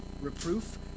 reproof